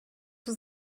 was